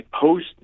post